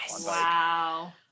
Wow